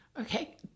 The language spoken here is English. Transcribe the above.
okay